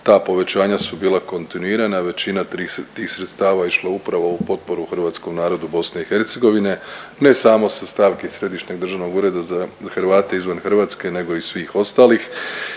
ta povećanja su bila kontinuirana, većina tih sredina je išlo upravo u potporu hrvatskom narodu BiH, ne samo sa stavke iz Središnjeg državnog ureda za Hrvate izvan Hrvatske nego i iz svih ostalih